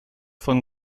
von